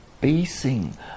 basing